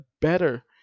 better